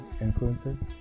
influences